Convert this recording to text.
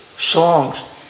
songs